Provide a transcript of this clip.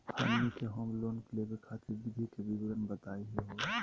हमनी के home loan लेवे खातीर विधि के विवरण बताही हो?